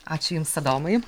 ačiū jums adomai